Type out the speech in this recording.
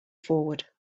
forward